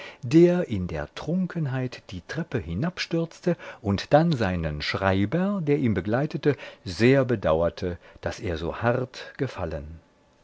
der in der trunkenheit die treppe hinabstürzte und dann seinen schreiber der ihn geleitete sehr bedauerte daß er so hart gefallen